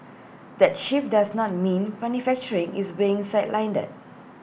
that shift does not mean manufacturing is being sidelined